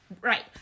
right